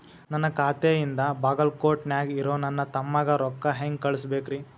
ನನ್ನ ಖಾತೆಯಿಂದ ಬಾಗಲ್ಕೋಟ್ ನ್ಯಾಗ್ ಇರೋ ನನ್ನ ತಮ್ಮಗ ರೊಕ್ಕ ಹೆಂಗ್ ಕಳಸಬೇಕ್ರಿ?